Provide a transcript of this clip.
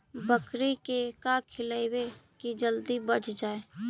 बकरी के का खिलैबै कि जल्दी बढ़ जाए?